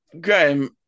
Graham